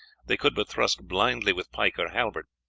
they could but thrust blindly with pike or halbert,